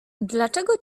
dlaczego